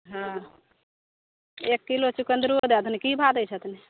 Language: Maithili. हँ एक किलो चुकन्दरो दै देथिन की भाव दै छथिन